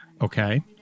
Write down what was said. Okay